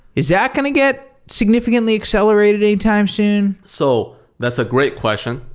is that going to get significantly accelerated anytime soon? so that's a great question,